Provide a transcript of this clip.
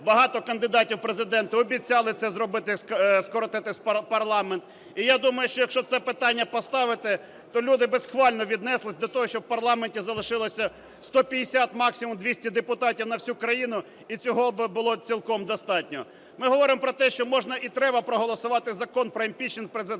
багато кандидатів в Президенти обіцяли це зробити скоротити парламент. І я думаю, що, якщо це питання поставити, то люди би схвально віднеслися до того, щоб в парламенті залишилося 150, максимум 200 депутатів на всю країну, і цього би було цілком достатньо. Ми говоримо про те, що можна і треба проголосувати Закон про імпічмент Президента.